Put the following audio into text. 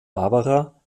barbara